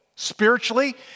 spiritually